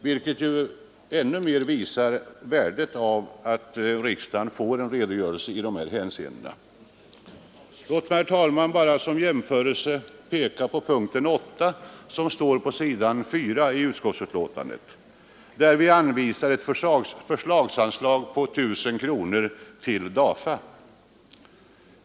Det visar än mer värdet av att riksdagen får en redogörelse i dessa hänseenden. Låt mig, herr talman, bara som jämförelse peka på punkten 8 i utskottsbetänkandet, där vi anvisar ett förslagsanslag på 1 000 kronor till DAFA.